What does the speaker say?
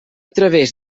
través